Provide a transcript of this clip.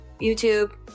YouTube